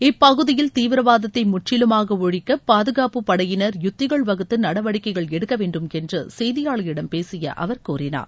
இப்பகுதியில் தீவிரவாதத்தை முற்றிலுமாக ஒழிக்க பாதுகாப்புப் படையினர் யுத்திகள் வகுத்து நடவடிக்கைகள் எடுக்க வேண்டும் என்று செய்தியாளர்களிடம் பேசிய அவர் கூறினார்